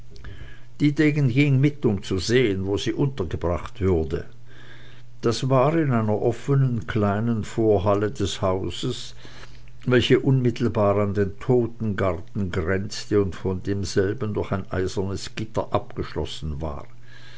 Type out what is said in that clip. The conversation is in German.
dietegen ging mit um zu sehen wo sie untergebracht würde das war in einer offenen kleinen vorhalle des hauses welche unmittelbar an den totengarten grenzte und von demselben durch ein eisernes gitter abgeschlossen war